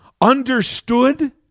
understood